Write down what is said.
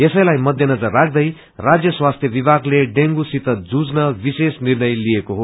यसैलाई मध्य नजर राख्दै राज्य स्वास्थ्य विभगले डेंगूसित जुझ्नु विश्वेष निर्णय लिएको हो